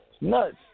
Nuts